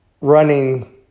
running